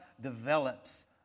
develops